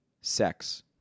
sex